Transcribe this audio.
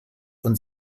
und